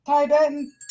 tibetan